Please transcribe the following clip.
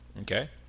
okay